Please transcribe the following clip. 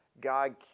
God